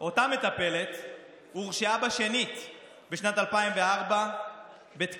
אותה מטפלת הורשעה כבר בשנת 2004 בתקיפת